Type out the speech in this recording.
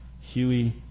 Huey